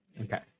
Okay